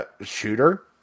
shooter